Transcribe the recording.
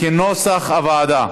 כנוסח הוועדה.